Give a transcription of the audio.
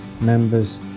members